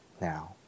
now